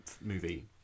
movie